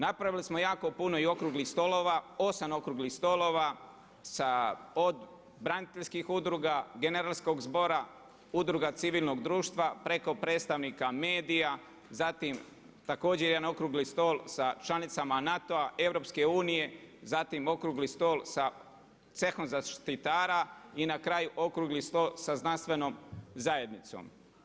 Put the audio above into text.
Napravili smo jako puno i okruglih stolova, 8 okruglih stolova, od braniteljskih udruga, generalskog zbora, Udruga civilnog društva, preko predstavnika medija, zatim, također jedan okrugli stol sa članicama NATO-a, EU, zatim okrugli stol sa cehom zaštitara i na kraju okrugli stol sa znanstvenom zajednicom.